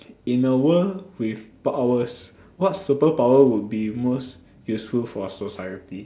in a world with powers what superpower will be most useful for society